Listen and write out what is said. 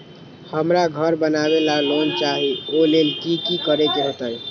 हमरा घर बनाबे ला लोन चाहि ओ लेल की की करे के होतई?